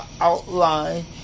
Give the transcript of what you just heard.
outline